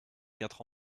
quatre